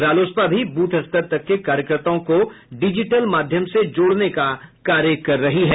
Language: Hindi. रालोसपा भी ब्रथ स्तर तक के कार्यकर्ताओं को डिजिटल माध्यम से जोड़ने का कार्य कर रही है